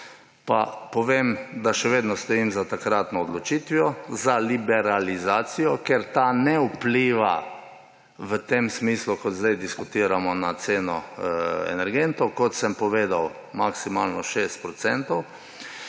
pa povem, da še vedno stojim za takratno odločitvijo za liberalizacijo, ker ta ne vpliva v tem smislu, kot zdaj diskutiramo, na ceno energentov. Kot sem povedal, maksimalno 6 %.